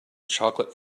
chocolate